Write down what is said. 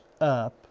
up